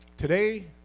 Today